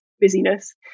busyness